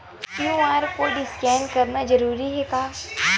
QR code scan करना जरूरी हे का?